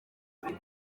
kugira